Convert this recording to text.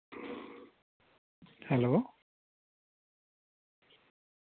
hello